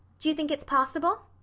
do you think it's possible?